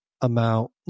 amount